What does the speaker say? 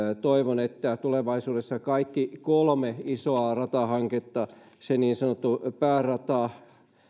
toivon että tulevaisuudessa kaikki kolme isoa ratahanketta se niin sanottu päärata